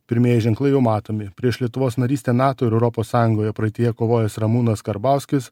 pirmieji ženklai jau matomi prieš lietuvos narystę nato ir europos sąjungoje praeityje kovojęs ramūnas karbauskis